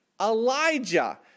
Elijah